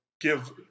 give